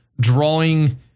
drawing